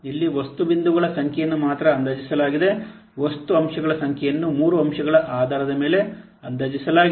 ಇಲ್ಲಿ ವಸ್ತು ಬಿಂದುಗಳ ಸಂಖ್ಯೆಯನ್ನು ಮಾತ್ರ ಅಂದಾಜಿಸಲಾಗಿದೆ ವಸ್ತು ಅಂಶಗಳ ಸಂಖ್ಯೆಯನ್ನು ಮೂರು ಅಂಶಗಳ ಆಧಾರದ ಮೇಲೆ ಅಂದಾಜಿಸಲಾಗಿದೆ